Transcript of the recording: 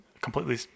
completely